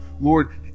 Lord